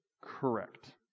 Correct